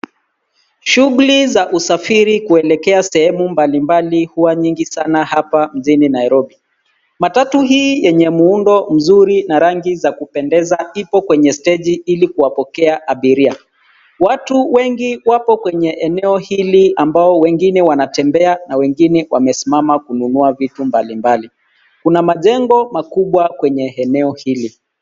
Shughuli za usafiri kuelekea sehemu mbalimbali huwa nyingi sana hapa mjini Nairobi. Matatu hii yenye muundo mzuri na rangi za kupendeza ipo kwenye steji ili kuwapokea abiria. Watu wengi wapo kwenye eneo hili ambao wengine wanatembea na wengine wamesimama kununua vitu mbalimbali. Kuna majengo makubwa kwenye eneo hili.